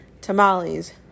tamales